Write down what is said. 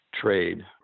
trade